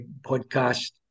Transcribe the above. podcast